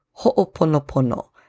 ho'oponopono